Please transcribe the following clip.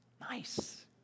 Nice